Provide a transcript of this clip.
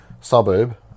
suburb